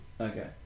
Okay